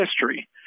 history